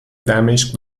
دمشق